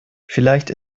vielleicht